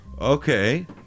Okay